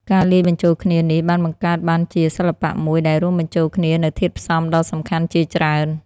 ការលាយបញ្ចូលគ្នានេះបានបង្កើតបានជាសិល្បៈមួយដែលរួមបញ្ចូលគ្នានូវធាតុផ្សំដ៏សំខាន់ជាច្រើន៖